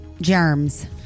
Germs